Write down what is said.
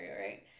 right